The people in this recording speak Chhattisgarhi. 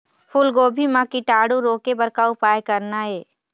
फूलगोभी म कीटाणु रोके बर का उपाय करना ये?